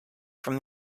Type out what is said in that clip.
from